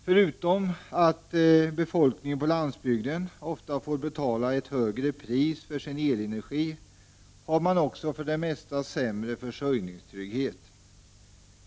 Förutom att befolkningen på landsbygden ofta får betala ett högre pris för sin elenergi, har man också för det mesta sämre försörjningstrygghet.